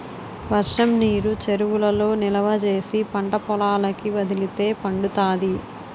వర్షంనీరు చెరువులలో నిలవా చేసి పంటపొలాలకి వదిలితే పండుతాది